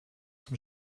zum